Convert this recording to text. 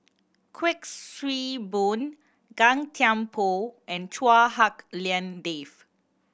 Kuik Swee Boon Gan Thiam Poh and Chua Hak Lien Dave